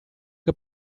che